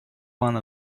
one